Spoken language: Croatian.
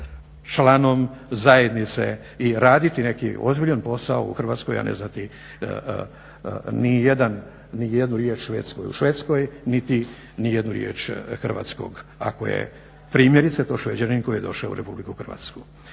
članom zajednice i raditi neki ozbiljan posao u Hrvatskoj, a ne znati nijednu riječ švedskog u Švedskoj niti nijednu riječ hrvatskog, ako je to primjerice to Šveđanin koji je došao u RH.